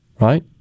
right